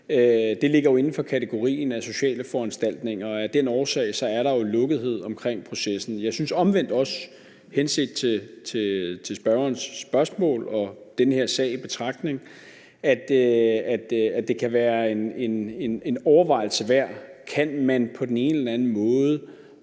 ende, ligger jo inden for kategorien af sociale foranstaltninger, og af den årsag er der jo lukkethed omkring processen. Jeg synes omvendt også – henset til spørgerens spørgsmål og den her sag i betragtning – at det kan være en overvejelse værd. Kan man på den ene eller anden måde